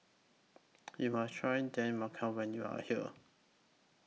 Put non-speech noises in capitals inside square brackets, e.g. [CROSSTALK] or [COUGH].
[NOISE] YOU must Try Dal [UNINTELLIGIBLE] when YOU Are here